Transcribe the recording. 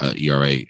ERA